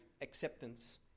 acceptance